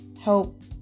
help